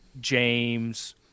James